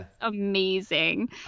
amazing